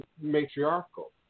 matriarchal